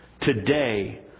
Today